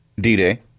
D-Day